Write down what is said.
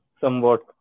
somewhat